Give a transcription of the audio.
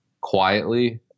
quietly